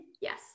yes